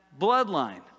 bloodline